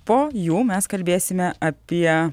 po jų mes kalbėsime apie